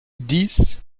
dies